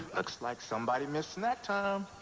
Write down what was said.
looks like somebody missed snack time.